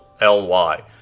L-Y